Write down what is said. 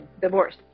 divorce